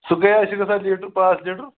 سُہ کٔہۍ حظ چھُ گژھان لیٖٹر پانٛژھ لیٖٹر